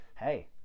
hey